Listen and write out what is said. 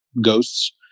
ghosts